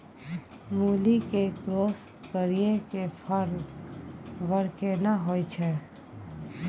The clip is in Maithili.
मूली के क्रॉस करिये के फल बर केना होय छै?